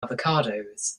avocados